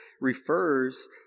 refers